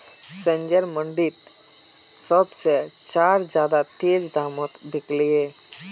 संजयर मंडी त सब से चार ज्यादा तेज़ दामोंत बिकल्ये